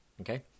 okay